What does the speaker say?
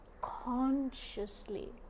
consciously